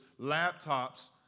laptops